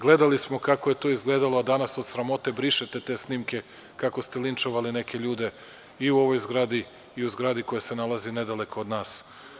Gledali smo kako je to izgledalo, a danas od sramote brišete te snimke kako ste linčovali neke ljude i u ovoj zgradi i u zgradi koja se nalazi nedaleko od nas.